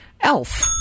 Elf